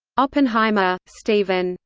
oppenheimer, stephen.